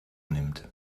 nimmt